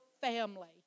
family